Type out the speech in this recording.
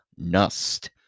nust